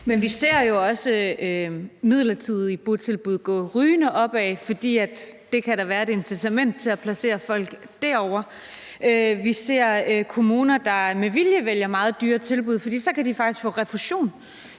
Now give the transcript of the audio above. Men vi ser jo også midlertidige botilbud gå rygende opad, for det kan da være et incitament til at placere folk derovre. Vi ser kommuner, der med vilje vælger meget dyre tilbud, fordi de så faktisk kan få refusion.